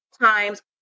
times